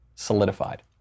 solidified